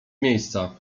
miejsca